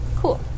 Cool